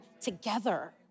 together